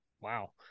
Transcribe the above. wow